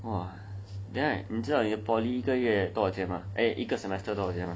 then right 你知道你的 poly 一个月多少钱吗 err 一个 semester 多少钱吗